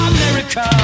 America